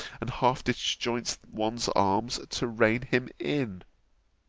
and half disjoints one's arms, to rein him in.